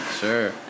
Sure